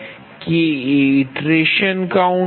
K એ iteration count છે